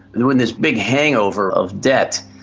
know, with this big hangover of debt,